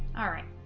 alright